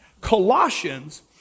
Colossians